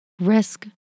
risk